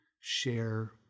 share